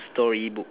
storybook